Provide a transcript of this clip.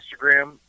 Instagram